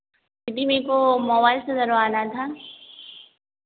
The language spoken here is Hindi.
दीदी मेरेको मोवाइल सुधरवाना था